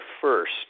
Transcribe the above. first